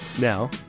Now